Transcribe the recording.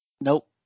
Nope